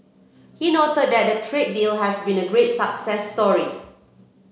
he noted that the trade deal has been a great success story